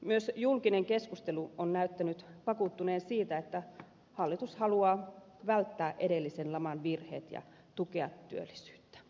myös julkinen keskustelu on näyttänyt vakuuttuneen siitä että hallitus haluaa välttää edellisen laman virheet ja tukea työllisyyttä